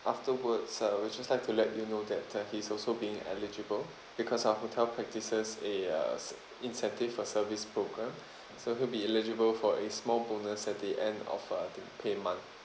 afterwards ah we just like to let you know that uh he is also being eligible because our hotel practices a uh s~ incentive for service program so he'll be eligible for a small bonus at the end of uh the pay month